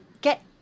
get